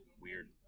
weird